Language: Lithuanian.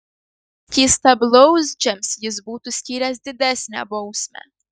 skystablauzdžiams jis būtų skyręs didesnę bausmę